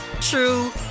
true